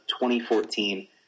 2014